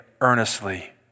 earnestly